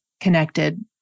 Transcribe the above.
connected